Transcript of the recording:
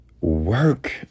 work